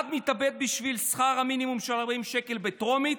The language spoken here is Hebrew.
אחד מתאבד בשביל שכר המינימום של 40 שקל בטרומית,